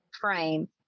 frame